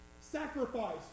Sacrifice